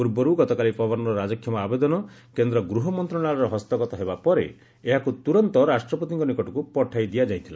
ପୂର୍ବରୁ ଗତକାଲି ପବନର ରାଜକ୍ଷମା ଆବେଦନ କେନ୍ଦ୍ର ଗୃହ ମନ୍ତଶାଳୟର ହସ୍ତଗତ ହେବା ପରେ ଏହାକୁ ତୁରନ୍ତ ରାଷ୍ଟ୍ରପତିଙ୍କ ନିକଟକୁ ପଠାଇଦିଆଯାଇଥିଲା